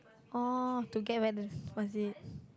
oh to get back this what's this